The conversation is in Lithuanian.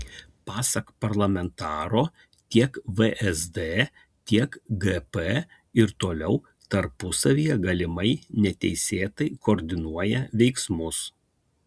pasak parlamentaro tiek vsd tiek gp ir toliau tarpusavyje galimai neteisėtai koordinuoja veiksmus